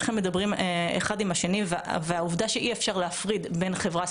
איך הם מדברים אחד עם השני והעובדה שאי אפשר להפריד בין חברה,